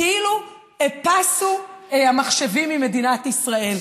כאילו טסו המחשבים ממדינת ישראל.